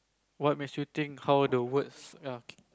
what makes you think how the words